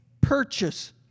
purchase